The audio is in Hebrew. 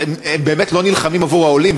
הם באמת לא נלחמים עבור העולים,